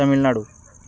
Tamil Nadu